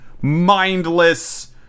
mindless